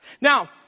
Now